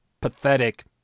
Pathetic